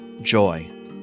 joy